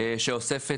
שאוספת.